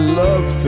love